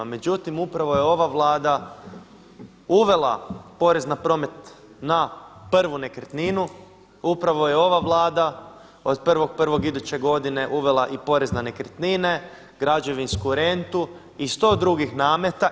Međutim, upravo je ova Vlada uvela porez na promet na prvu nekretninu, upravo je ova Vlada od 1.1. iduće godine uvela i porez na nekretnine, građevinsku rentu i sto drugih nameta.